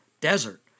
desert